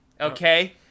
okay